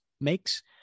makes